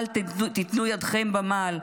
שלא תהיה ידכם במעל,